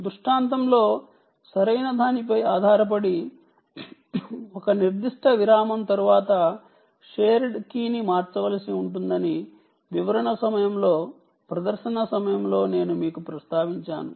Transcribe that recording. దృష్టాంతంలో సరైనదానిపై ఆధారపడి ఒక నిర్దిష్ట విరామం తర్వాత షేర్డ్ కీని మార్చవలసి ఉంటుందని వివరణ సమయంలో ప్రదర్శన సమయంలో నేను మీకు ప్రస్తావించాను